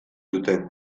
duten